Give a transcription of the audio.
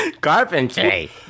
Carpentry